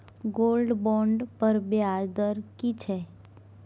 Gold bond पर ब्याज दर की छै?